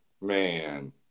Man